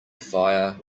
fire